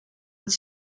het